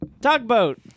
Tugboat